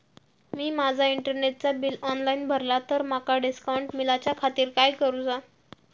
मी माजा इंटरनेटचा bill online भरला तर माका डिस्काउंट मिलाच्या खातीर काय करुचा?